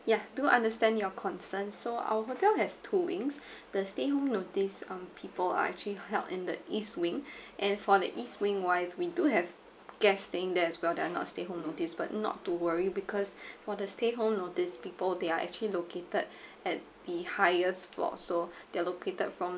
yeah do understand your concern so our hotel has two wings the stay home notice um people are actually held in the east wing and for the east wing wise we do have guest staying there as well that are not stay home notice but not to worry because for the stay home notice people they are actually located at the highest floor so they're located from